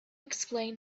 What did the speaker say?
explain